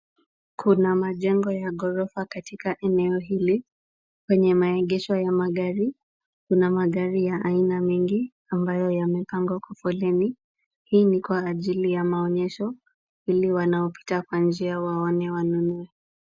Kuna majengo ya ghorofa katika eneo hili. Kwenye maegesho ya magari, kuna magari ya aina mingi ambayo yamepangwa kwa foleni. Hii ni kwa ajili ya maonyesho ili wanaopita kwa njia waone wanunue.